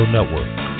Network